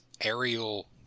aerial